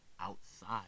outside